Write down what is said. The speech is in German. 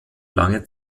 lange